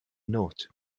note